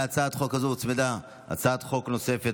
להצעת החוק הזו הוצמדה הצעת חוק נוספת,